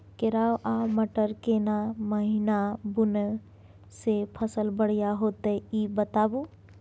केराव आ मटर केना महिना बुनय से फसल बढ़िया होत ई बताबू?